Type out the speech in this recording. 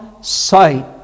sight